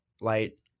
light